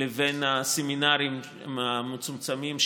לבין הסמינרים המצומצמים,